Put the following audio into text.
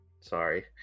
Sorry